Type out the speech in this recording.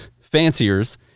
fanciers